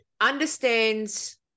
understands